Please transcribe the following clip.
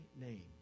name